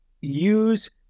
use